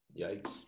Yikes